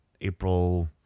April